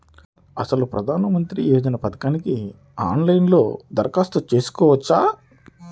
అసలు ప్రధాన మంత్రి యోజన పథకానికి ఆన్లైన్లో దరఖాస్తు చేసుకోవచ్చా?